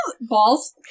balls